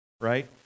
right